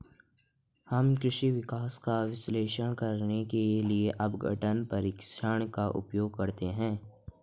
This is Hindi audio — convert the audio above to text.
हम कृषि विकास का विश्लेषण करने के लिए अपघटन परीक्षण का उपयोग करते हैं